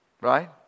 right